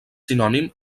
sinònim